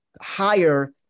higher